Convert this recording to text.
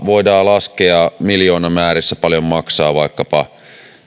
voidaan suoraan laskea miljoonamäärissä paljonko maksaa vaikkapa